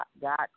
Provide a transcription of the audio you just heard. God